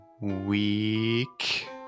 week